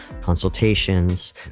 consultations